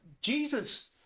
Jesus